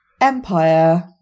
empire